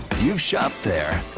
you've shopped there.